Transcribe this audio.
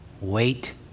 wait